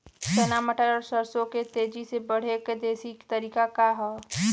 चना मटर और सरसों के तेजी से बढ़ने क देशी तरीका का ह?